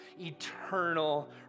eternal